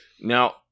Now